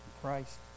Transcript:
Christ